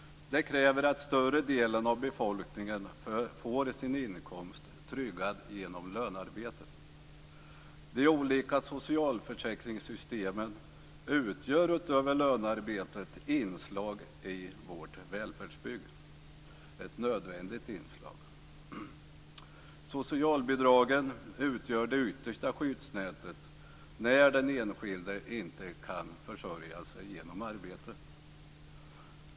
Det kräver att större delen av befolkningen får sin inkomst tryggad genom lönearbete. De olika socialförsäkringssystemen utgör utöver lönearbetet inslag i vårt välfärdsbygge - ett nödvändigt inslag. Socialbidragen utgör det yttersta skyddsnätet när den enskilde inte kan försörja sig genom arbete.